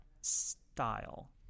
style